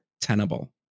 tenable